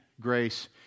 grace